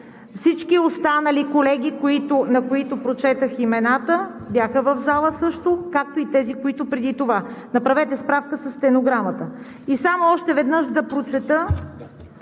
Всички останали колеги, на които прочетох имената, бяха в залата също, както и тези, които преди това. Направете справка със стенограмата. И само още веднъж да прочета